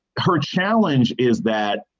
her challenge is that.